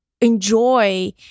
enjoy